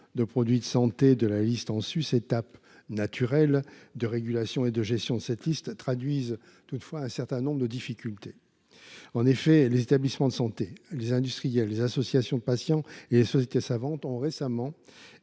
de produits de santé de la liste en sus, étape naturelle de régulation et de gestion de cette liste, suscitent toutefois un certain nombre de difficultés. En effet, établissements de santé, industriels, associations de patients et sociétés savantes ont récemment